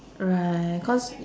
right cause